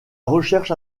recherche